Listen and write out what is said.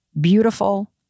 beautiful